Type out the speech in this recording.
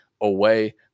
away